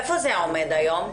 איפה זה עומד היום?